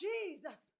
Jesus